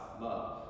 love